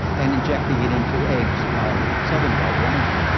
and injecting it into eggs of southern white rhinos.